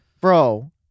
Bro